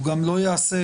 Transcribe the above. הוא גם לא ייעשה